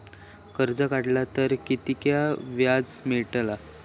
कर्ज काडला तर कीतक्या व्याज मेळतला?